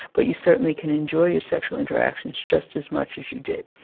but you certainly can enjoy your sexual interactions just as much as you did,